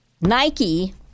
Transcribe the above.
Nike